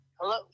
Hello